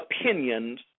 opinions